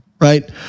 right